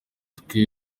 twe